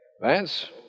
Vance